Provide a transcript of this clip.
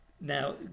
Now